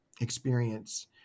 experience